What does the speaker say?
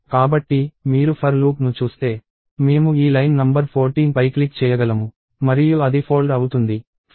కాబట్టి మీరు for loop ను చూస్తే మేము ఈ లైన్ నంబర్ 14పై క్లిక్ చేయగలము మరియు అది ఫోల్డ్ అవుతుంది